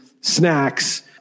snacks